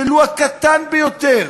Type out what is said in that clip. ולו הקטן ביותר,